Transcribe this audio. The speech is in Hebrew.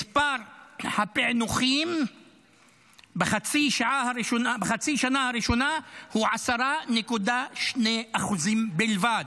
מספר הפענוחים בחצי השנה הראשונה הוא 10.2% בלבד.